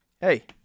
Hey